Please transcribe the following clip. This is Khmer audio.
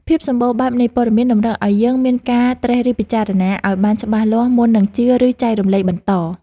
ភាពសម្បូរបែបនៃព័ត៌មានតម្រូវឱ្យយើងមានការត្រិះរិះពិចារណាឱ្យបានច្បាស់លាស់មុននឹងជឿឬចែករំលែកបន្ត។